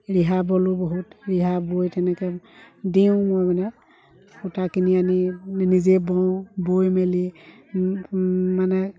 ৰিহা ব'লোঁ বহুত ৰিহা বৈ তেনেকৈ দিওঁ মই মানে সূতা কিনি আনি নিজে বওঁ বৈ মেলি মানে